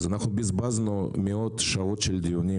אז אנחנו בזבזנו מאות שעות של דיונים